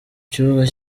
kibuga